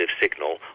signal